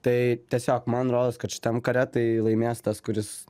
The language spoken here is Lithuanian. tai tiesiog man rodos kad šitam kare tai laimės tas kuris